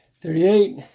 thirty-eight